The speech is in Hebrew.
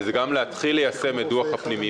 וזה גם להתחיל ליישם את דוח הפנימיות.